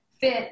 fit